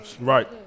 Right